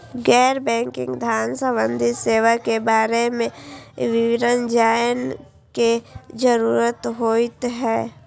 गैर बैंकिंग धान सम्बन्धी सेवा के बारे में विवरण जानय के जरुरत होय हय?